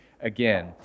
again